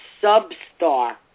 sub-star